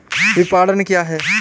विपणन क्या है?